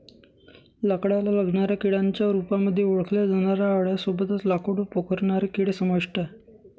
लाकडाला लागणाऱ्या किड्यांच्या रूपामध्ये ओळखल्या जाणाऱ्या आळ्यां सोबतच लाकूड पोखरणारे किडे समाविष्ट आहे